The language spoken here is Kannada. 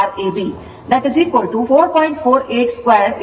48 2 6 ಆದ್ದರಿಂದ ಇದು 120 Watt ಆಗಿದೆ